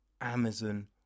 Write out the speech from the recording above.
Amazon